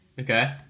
Okay